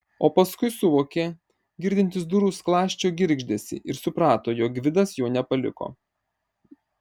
o paskui suvokė girdintis durų skląsčio girgždesį ir suprato jog gvidas jo nepaliko